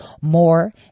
more